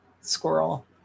squirrel